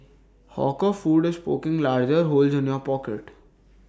hawker food is poking larger holes in your pocket